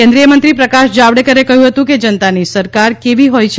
કેન્દ્રીય મંત્રી પ્રકાશ જાવડેકરે કહ્યુ હતુ કે જનતાં ની સરકાર કેવી હોય છે